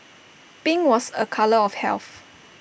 pink was A colour of health